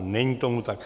Není tomu tak.